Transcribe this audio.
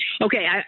Okay